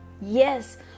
yes